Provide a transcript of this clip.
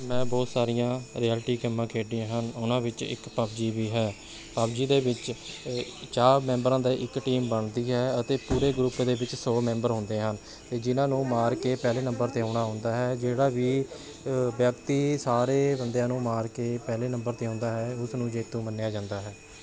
ਮੈਂ ਬਹੁਤ ਸਾਰੀਆਂ ਰਿਐਲਟੀ ਗੇਮਾਂ ਖੇਡੀਆਂ ਹਨ ਉਹਨਾਂ ਵਿੱਚ ਇੱਕ ਪਬਜੀ ਵੀ ਹੈ ਪਬਜੀ ਦੇ ਵਿੱਚ ਚਾਰ ਮੈਂਬਰਾਂ ਦਾ ਇੱਕ ਟੀਮ ਬਣਦੀ ਹੈ ਅਤੇ ਪੂਰੇ ਗਰੁੱਪ ਦੇ ਵਿੱਚ ਸੌ ਮੈਂਬਰ ਹੁੰਦੇ ਹਨ ਅਤੇ ਜਿਹਨਾਂ ਨੂੰ ਮਾਰ ਕੇ ਪਹਿਲੇ ਨੰਬਰ 'ਤੇ ਆਉਣਾ ਹੁੰਦਾ ਹੈ ਜਿਹੜਾ ਵੀ ਵਿਅਕਤੀ ਸਾਰੇ ਬੰਦਿਆਂ ਨੂੰ ਮਾਰ ਕੇ ਪਹਿਲੇ ਨੰਬਰ 'ਤੇ ਆਉਂਦਾ ਹੈ ਉਸ ਨੂੰ ਜੇਤੂ ਮੰਨਿਆ ਹੈ